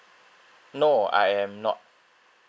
no I am not